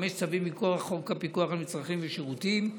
חמישה צווים מכוח חוק הפיקוח על מצרכים ושירותים,